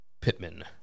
Pittman